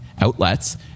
outlets